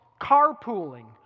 carpooling